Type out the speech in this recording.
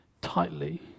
tightly